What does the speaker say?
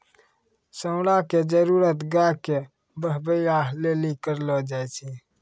साँड़ा के जरुरत गाय के बहबै लेली करलो जाय छै